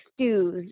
stews